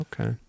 Okay